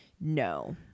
No